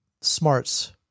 Smarts